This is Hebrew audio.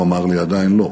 הוא אמר לי: עדיין לא,